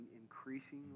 increasingly